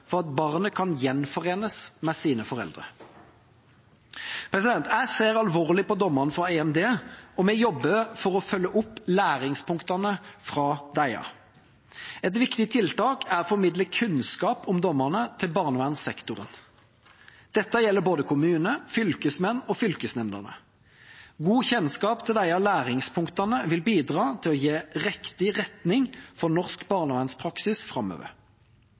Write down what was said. for at barnet kan gjenforenes med sine foreldre. Jeg ser alvorlig på dommene fra EMD, og vi jobber for å følge opp læringspunktene fra disse. Et viktig tiltak er å formidle kunnskap om dommene til barnevernssektoren. Dette gjelder både kommunene, fylkesmennene og fylkesnemndene. God kjennskap til disse læringspunktene vil bidra til å gi riktig retning for norsk barnevernspraksis framover.